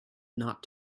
not